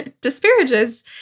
disparages